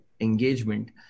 engagement